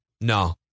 no